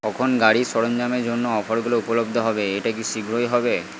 কখন গাড়ির সরঞ্জামের জন্য অফারগুলো উপলব্ধ হবে এটা কি শীঘ্রই হবে